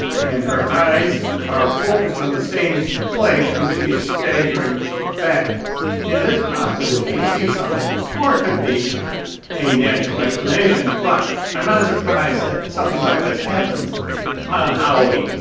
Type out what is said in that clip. and her eyes are focused on the same place when she is staggering back and it's possible she sees something or it could be a natural explanation, but i'm not surprised that something like this happens on halloween.